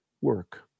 work